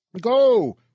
Go